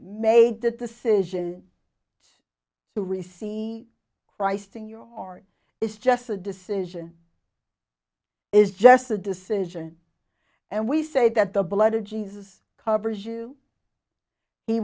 made the decision to resee christ in your heart is just a decision is just a decision and we say that the blood of jesus covers you he